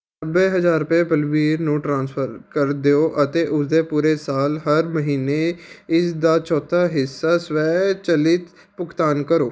ਨੱਬੇ ਹਜ਼ਾਰ ਰੁਪਏ ਬਲਬੀਰ ਨੂੰ ਟ੍ਰਾਂਸਫਰ ਕਰ ਦਿਓ ਅਤੇ ਉਸ ਦੇ ਪੂਰੇ ਸਾਲ ਹਰ ਮਹੀਨੇ ਇਸ ਦਾ ਚੌਥਾ ਹਿੱਸਾ ਸਵੈ ਚਲਿਤ ਭੁਗਤਾਨ ਕਰੋ